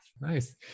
nice